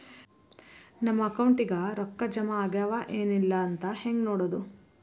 ನಮ್ಮ ಅಕೌಂಟಿಗೆ ರೊಕ್ಕ ಜಮಾ ಆಗ್ಯಾವ ಏನ್ ಇಲ್ಲ ಅಂತ ಹೆಂಗ್ ನೋಡೋದು?